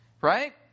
right